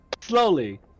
slowly